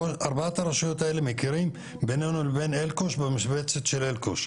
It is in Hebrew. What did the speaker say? ארבעת הרשויות האלה מכירים ביננו לבין אלקוש במשבצת של אלקוש,